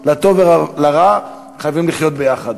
לטוב ולרע חייבים לחיות יחד,